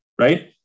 right